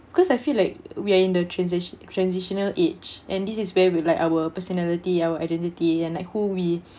because I feel like we are in the transition~ transitional age and this is where we like our personality our identity and like who we